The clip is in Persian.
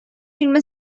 فیلم